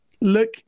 look